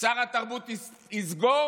שר התרבות יסגור